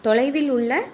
தொலைவில் உள்ள